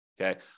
Okay